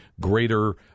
greater